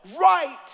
right